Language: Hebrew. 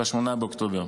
ב-8 באוקטובר.